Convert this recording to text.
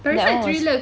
that [one] was